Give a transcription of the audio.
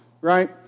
right